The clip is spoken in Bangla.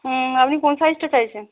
হুম আপনি কোন সাইজটা চাইছেন